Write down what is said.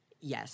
Yes